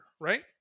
right